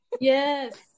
Yes